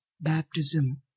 baptism